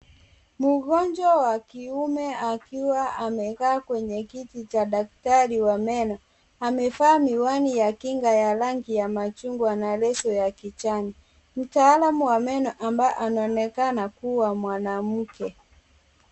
Mgonjwa wa kiume akiwa amekaa kwenye kiti cha daktari wa meno. Amevaa miwani ya kinga ya rangi ya machungwa na leso ya kijani. Mtaalamu wa meno ambaye anaonekana kuwa mwanamke.